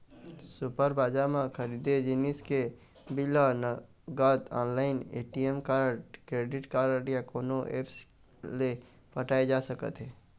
super बजार म खरीदे जिनिस के बिल ह नगद, online, ATM card, credit card या कोनो ऐप्स ले पटाए जा सकत हे